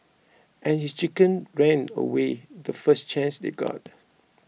and his chicken ran away the first chance they got